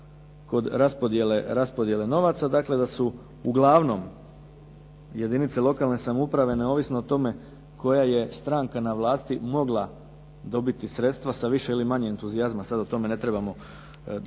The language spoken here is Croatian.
kod raspodjele novaca. Dakle, da su uglavnom jedinice lokalne samouprave neovisno o tome koja je stranka na vlasti mogla dobiti sredstva sa više ili manje entuzijazma. Sad o tome ne trebamo ulaziti.